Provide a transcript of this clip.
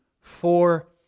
four